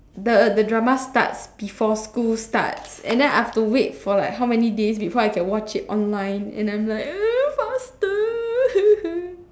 the the drama starts before school starts and then I have to wait for like how many days before I can watch it online and I'm like faster